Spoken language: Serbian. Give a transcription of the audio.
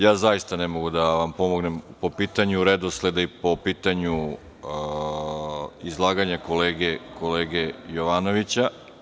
Ja zaista ne mogu da vam pomognem po pitanju redosleda i po pitanju izlaganja kolege Jovanovića.